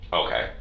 okay